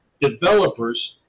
developers